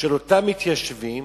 של אותם מתיישבים,